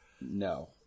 No